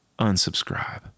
Unsubscribe